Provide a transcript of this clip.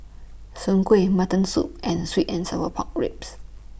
Soon Kuih Mutton Soup and Sweet and Sour Pork Ribs